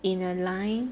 in a line